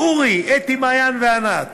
אורי, אתי, מעיין וענת.